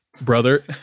brother